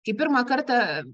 kaip pirmą kartą